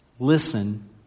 Listen